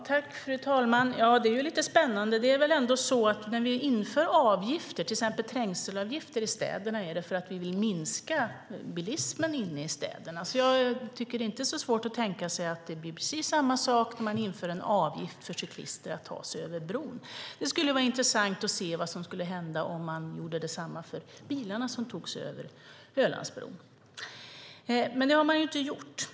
Fru talman! Det är ju lite spännande. Det är väl ändå så att när vi inför avgifter, till exempel trängselavgifter i städerna, är det för att vi vill minska bilismen inne i städerna. Jag tycker inte att det är så svårt att tänka sig att det blir precis samma sak när man inför en avgift för cyklister som vill ta sig över bron. Det skulle vara intressant att se vad som skulle hända om man gjorde detsamma för bilarna som tas över Ölandsbron. Det har man ju inte gjort.